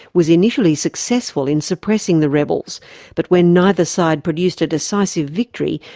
was initially successful in suppressing the rebels but when neither side produced a decisive victory,